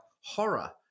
horror